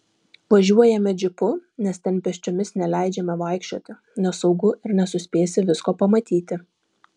važiuojame džipu nes ten pėsčiomis neleidžiama vaikščioti nesaugu ir nesuspėsi visko pamatyti